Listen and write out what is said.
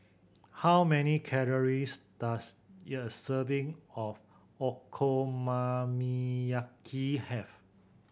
how many calories does a serving of Okonomiyaki have